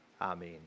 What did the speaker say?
Amen